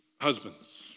husbands